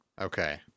Okay